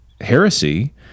heresy